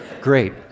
great